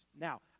Now